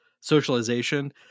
socialization